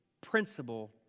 principle